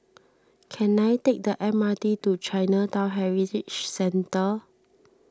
can I take the M R T to Chinatown Heritage Centre